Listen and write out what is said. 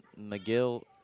mcgill